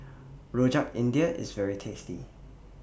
Rojak India IS very tasty